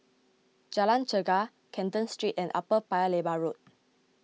Jalan Chegar Canton Street and Upper Paya Lebar Road